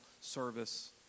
service